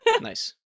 Nice